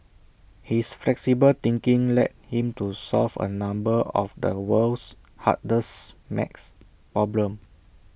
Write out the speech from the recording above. his flexible thinking led him to solve A number of the world's hardest math problems